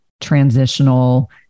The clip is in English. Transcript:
transitional